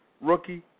rookie